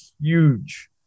huge